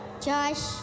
Josh